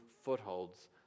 footholds